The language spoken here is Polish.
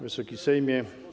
Wysoki Sejmie!